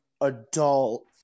adult